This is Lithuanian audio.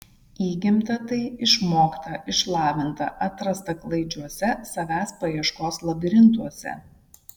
įgimta tai išmokta išlavinta atrasta klaidžiuose savęs paieškos labirintuose